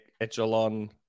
echelon